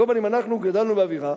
על כל פנים, אנחנו גדלנו באווירה,